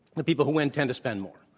the people who win tend to spend more.